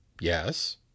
Yes